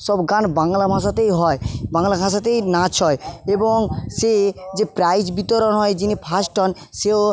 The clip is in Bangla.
সব গান বাংলা ভাষাতেই হয় বাংলা ভাষাতেই নাচ হয় এবং সে যে প্রাইজ বিতরণ হয় যিনি ফার্স্ট হন সেও